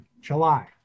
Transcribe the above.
july